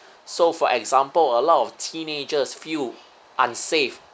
so for example a lot of teenagers feel unsafe